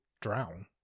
drown